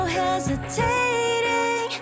hesitating